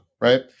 right